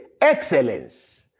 excellence